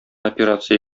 операция